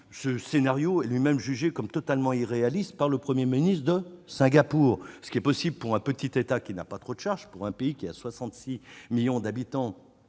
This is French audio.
Ce scénario est jugé totalement irréaliste, même par le Premier ministre de Singapour. Ce qui est possible pour un petit État qui n'a pas trop de charges, compte 66 millions d'habitants